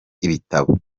ibitabo